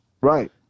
right